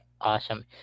awesome